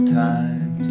time